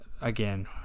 Again